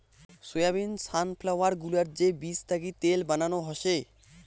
soybean, sunflower গুলার যে বীজ থাকি তেল বানানো হসে